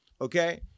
Okay